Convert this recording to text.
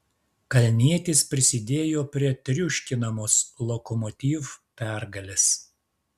kalnietis prisidėjo prie triuškinamos lokomotiv pergalės